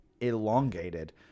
elongated